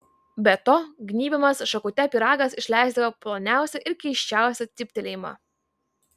be to gnybiamas šakute pyragas išleisdavo ploniausią ir keisčiausią cyptelėjimą